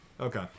Okay